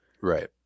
right